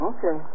Okay